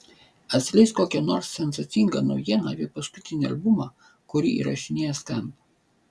atskleisk kokią nors sensacingą naujieną apie paskutinį albumą kurį įrašinėja skamp